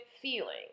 feeling